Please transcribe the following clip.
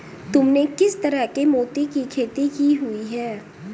तुमने किस तरह के मोती की खेती की हुई है?